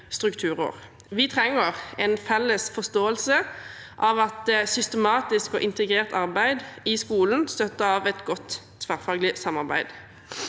Vi trenger en felles forståelse av systematisk og integrert arbeid i skolen, støttet av godt tverrfaglig samarbeid.